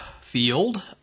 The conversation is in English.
field